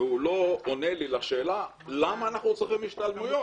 והוא לא עונה לי על השאלה למה אנחנו צריכים השתלמויות?